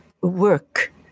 work